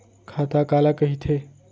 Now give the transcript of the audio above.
खाता काला कहिथे?